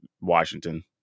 Washington